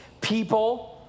people